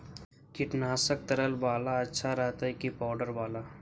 कीटनाशक तरल बाला अच्छा रहतै कि पाउडर बाला?